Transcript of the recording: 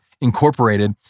Incorporated